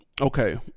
okay